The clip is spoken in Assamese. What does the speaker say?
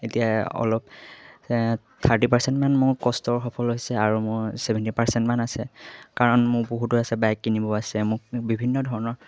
এতিয়া অলপ থাৰ্টি পাৰ্চেণ্টমান মোৰ কষ্টৰ সফল হৈছে আৰু মোৰ ছেভেণ্টি পাৰ্চেণ্টমান আছে কাৰণ মোৰ বহুতো আছে বাইক কিনিব আছে মোক বিভিন্ন ধৰণৰ